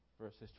verses